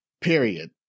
period